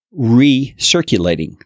recirculating